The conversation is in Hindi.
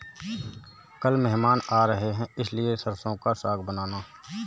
कल मेहमान आ रहे हैं इसलिए सरसों का साग बनाना